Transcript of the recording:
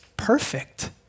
perfect